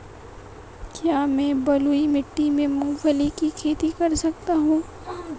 क्या मैं बलुई मिट्टी में मूंगफली की खेती कर सकता हूँ?